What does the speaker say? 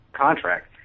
contract